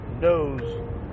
knows